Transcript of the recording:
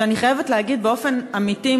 שאני חייבת להגיד באופן אמיתי,